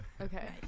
Okay